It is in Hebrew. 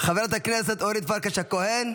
חברת הכנסת אורית פרקש הכהן,